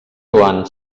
joan